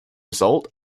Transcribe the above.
result